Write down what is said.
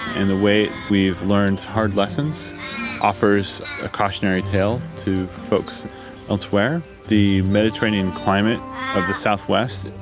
and the way we've learned hard lessons offers a cautionary tale to folks elsewhere. the mediterranean climate of the southwest,